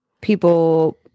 people